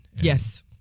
yes